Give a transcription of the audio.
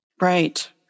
Right